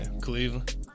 Cleveland